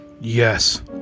Yes